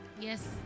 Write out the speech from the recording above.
Yes